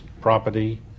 property